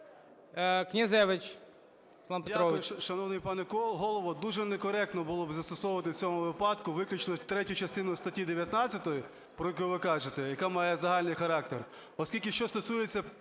Дякую. шановний пане Голово. Дуже некоректно було би застосовувати в цьому випадку виключно третю частину статті 19, про яку ви кажете, яка має загальний характер,